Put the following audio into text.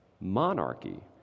Monarchy